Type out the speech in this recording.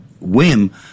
whim